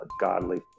godly